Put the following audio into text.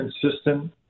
consistent